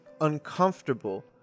uncomfortable